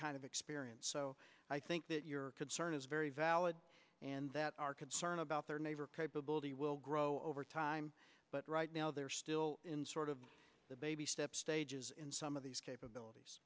kind of experience so i think that your concern is very valid and that our concern about their neighbor capability will grow over time but right now they're still in sort of the baby step stages in some of these capabilities